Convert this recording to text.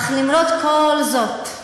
אך למרות כל זאת,